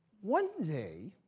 one day,